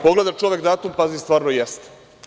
Pogleda čovek datum, pazi stvarno jeste.